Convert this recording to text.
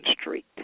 Street